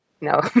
No